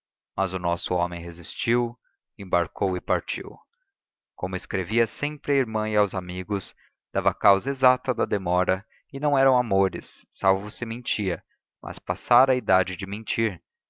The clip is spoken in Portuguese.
mas o nosso homem resistiu embarcou e partiu como escrevia sempre à irmã e aos amigos dava a causa exata da demora e não eram amores salvo se mentia mas passara a idade de mentir